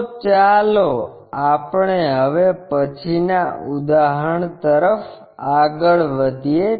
તો ચાલો આપણે હવે પછીના ઉદાહરણ તરફ આગળ વધીએ